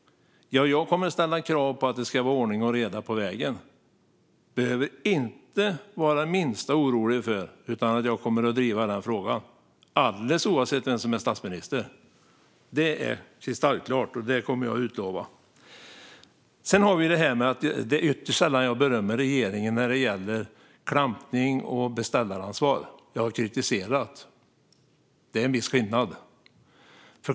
Jag kommer att ställa krav på att det ska vara ordning och reda på vägen. Statsrådet behöver inte vara det minsta orolig, för jag kommer att driva frågan alldeles oavsett vem som är statsminister. Det är kristallklart. Det är ytterst sällan jag berömmer regeringen när det gäller klampning och beställaransvar. Jag har kritiserat. Det är en viss skillnad.